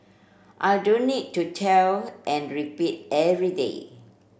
I don't need to tell and repeat every day